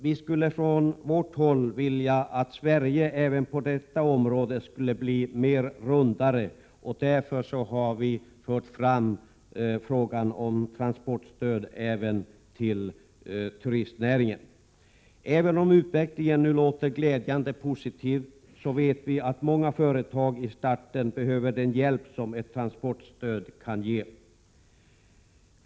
Vi skulle från vårt håll vilja att Sverige även på detta område skulle bli rundare, och vi har därför fört fram frågan om transportstöd även till turistnäringen. Även om utvecklingen nu låter glädjande positiv så vet vi att många företag i starten behöver den hjälp som ett transportstöd kan ge.